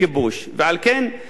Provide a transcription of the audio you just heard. ועל כן פשוט מאוד,